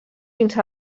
fins